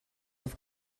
auf